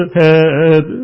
head